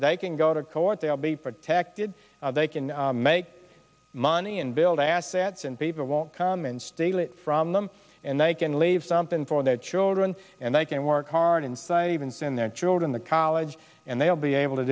they can go to court they will be protected they can make money and build assets and people won't come and steal it from them and they can leave something for their children and they can work hard inside even send their children to college and they'll be able to